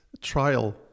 trial